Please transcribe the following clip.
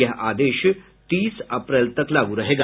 यह आदेश तीस अप्रैल तक लागू रहेगा